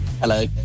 Hello